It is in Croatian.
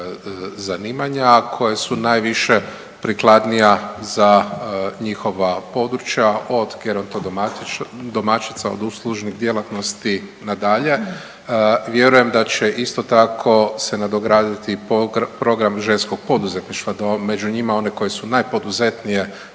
zanimanja koje su najviše prikladnija za njihova područja od gerontodomaćica od uslužnih djelatnosti na dalje. Vjerujem da će isto tako se nadograditi program ženskog poduzetništva. Među njima one koje su najpoduzetnije